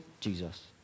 Jesus